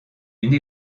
une